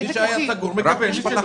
מי שהיה סגור מקבל.